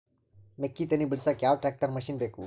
ಮೆಕ್ಕಿ ತನಿ ಬಿಡಸಕ್ ಯಾವ ಟ್ರ್ಯಾಕ್ಟರ್ ಮಶಿನ ಬೇಕು?